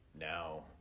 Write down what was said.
now